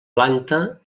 planta